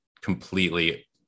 completely